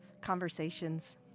conversations